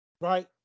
right